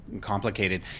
complicated